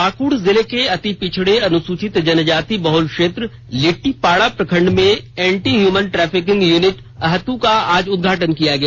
पाकुड़ जिले के अति पिछड़े अनुसूचित जनजाति बहुल क्षेत्र लिट्टीपाड़ा प्रखंड में एंटी हयुमन टैफिकिंग युनिट अहतु का आज उद्घाटन किया गया